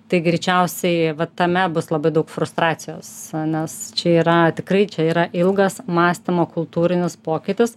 tai greičiausiai vat tame bus labai daug frustracijos nes čia yra tikrai čia yra ilgas mąstymo kultūrinis pokytis